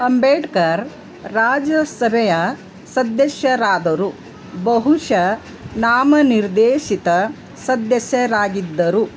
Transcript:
ಅಂಬೇಡ್ಕರ್ ರಾಜ್ಯಸಭೆಯ ಸದಸ್ಯರಾದರು ಬಹುಶಃ ನಾಮನಿರ್ದೇಶಿತ ಸದಸ್ಯರಾಗಿದ್ದರು